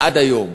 עד היום,